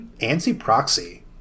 anti-proxy